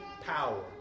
power